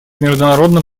международным